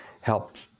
helped